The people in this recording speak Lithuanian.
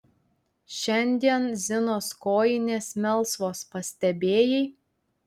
šiandien zinos kojinės melsvos pastebėjai